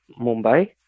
Mumbai